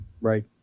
right